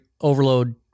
Overload